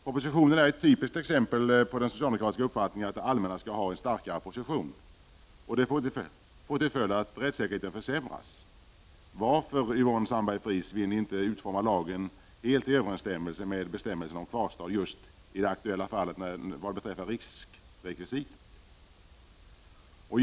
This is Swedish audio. Propositionen är ett typiskt exempel på den socialdemokratiska uppfattningen att det allmänna skall ha en starkare position. Det får till följd att rättssäkerheten försämras. Varför, Yvonne Sandberg-Fries, vill ni inte i det aktuella fallet just vad beträffar riskrekvisitet utforma lagen helt i överensstämmelse med bestämmelserna om kvarstad?